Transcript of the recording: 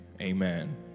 Amen